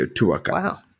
Wow